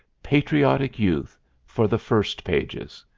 patriotic youth for the first pages.